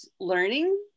learning